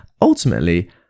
ultimately